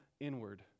inward